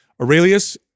Aurelius